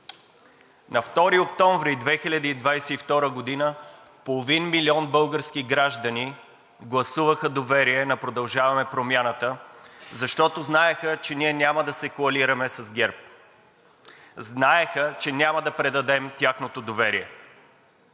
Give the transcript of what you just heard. На 2 октомври 2022 г. половин милион български граждани гласуваха доверие на „Продължаваме Промяната“, защото знаеха, че ние няма да се коалираме с ГЕРБ. Знаеха, че няма да предадем тяхното доверие.